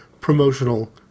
promotional